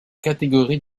catégorie